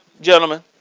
gentlemen